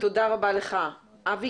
אבי